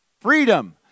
Freedom